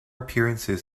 appearances